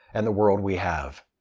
and the world we have.